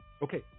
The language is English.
Okay